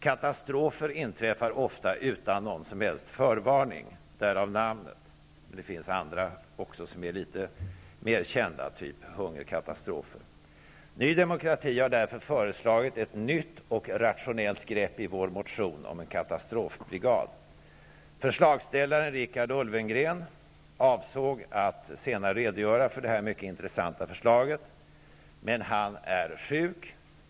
Katastrofer inträffar ofta utan någon som helst förvarning, därav namnet. Det finns också andra katastrofer som är litet mer kända, t.ex. hungerkatastrofer. Vi i Ny Demokrati har därför i vår motion om en katastrofbrigad föreslagit ett nytt och rationellt grepp. Förslagsställaren Richard Ulfvengren avsåg att senare under debatten redogöra för detta mycket intressanta förslag, men han är sjuk.